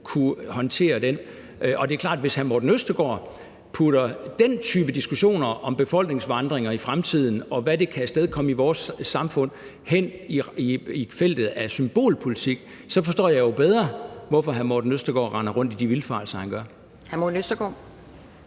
kunne håndtere den diskussion. Og det er klart, at hvis hr. Morten Østergaard putter den type diskussioner om befolkningsvandringer i fremtiden, og hvad det kan afstedkomme i vores samfund, hen i feltet af symbolpolitik, så forstår jeg bedre, hvorfor hr. Morten Østergaard render rundt i de vildfarelser, han gør.